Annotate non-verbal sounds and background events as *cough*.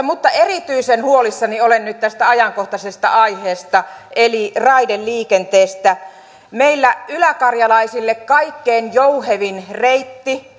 *unintelligible* mutta erityisen huolissani olen nyt tästä ajankohtaisesta aiheesta eli raideliikenteestä meille yläkarjalaisille kaikkein jouhevin reitti *unintelligible*